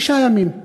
שישה ימים,